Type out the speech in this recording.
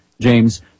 James